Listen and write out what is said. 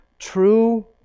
True